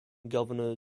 governor